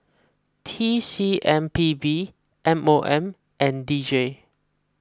T C M P B M O M and D J